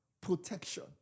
Protection